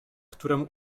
któremu